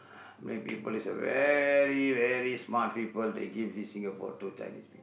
Malay people is a very very smart people they give this Singapore to Chinese people